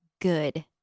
good